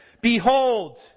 Behold